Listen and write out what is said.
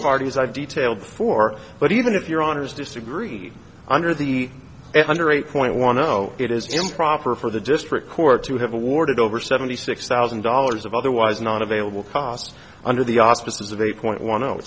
as i detailed before but even if your honour's disagreed under the under eight point one zero it is improper for the district court to have awarded over seventy six thousand dollars of otherwise not available cost under the auspices of eight point one